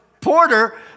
porter